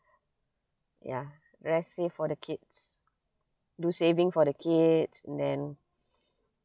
ya the rest save for the kids do saving for the kids then